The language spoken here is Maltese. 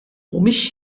mhumiex